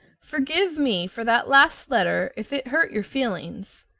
forgive me for that last letter if it hurt your feelings.